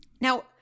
Now